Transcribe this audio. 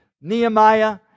Nehemiah